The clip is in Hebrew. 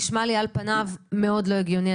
אני חייבת להגיד שעל פניו זה נשמע מאוד לא הגיוני,